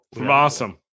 awesome